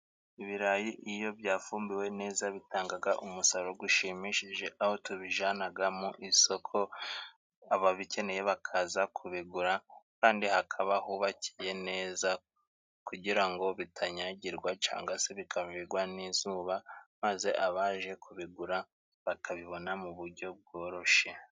Ibirayi iyo byafumbiwe neza bitanga umusaruro ushimishije ,aho tubijyana mu isoko ababikeneye bakaza kubigura kandi hakaba hubakiye neza kugira ngo bitanyagirwa cyangwa se bikavirwa n'izuba maze abaje kubigura bakabibona mu buryo bworoshye.